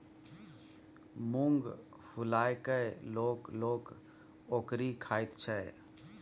मुँग फुलाए कय लोक लोक ओकरी खाइत छै